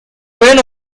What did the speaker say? pueden